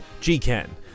G-Ken